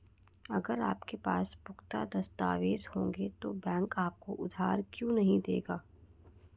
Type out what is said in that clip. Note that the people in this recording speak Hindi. अगर आपके पास पुख्ता दस्तावेज़ होंगे तो बैंक आपको उधार क्यों नहीं देगा?